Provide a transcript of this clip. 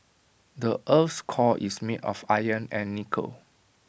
the Earth's core is made of iron and nickel